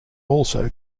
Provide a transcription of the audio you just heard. also